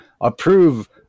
approve